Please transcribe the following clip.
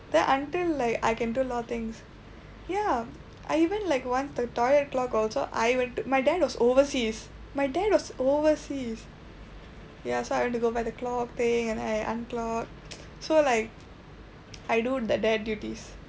then until like I can do a lot of things ya I even like once the toilet clog also I will do my dad was overseas my dad was overseas ya so I went to go buy the clog thing and then I unclogged so like I do the dad duties